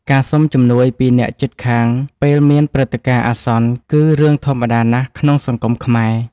ការសុំជំនួយពីអ្នកជិតខាងពេលមានព្រឹត្តិការណ៍អាសន្នគឺរឿងធម្មតាណាស់ក្នុងសង្គមខ្មែរ។